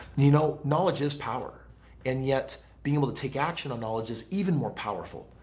you know knowledge is power and yet being able to take action on knowledge is even more powerful.